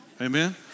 Amen